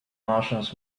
martians